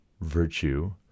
virtue